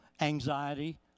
anxiety